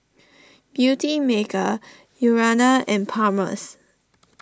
Beautymaker Urana and Palmer's